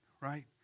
right